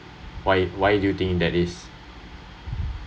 why why you think that is